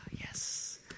Yes